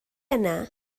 yna